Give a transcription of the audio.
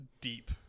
deep